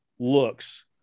Looks